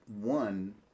one